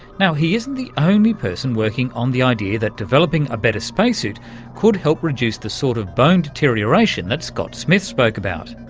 he isn't the only person working on the idea that developing a better space suit could help reduce the sort of bone deterioration that scott smith spoke about,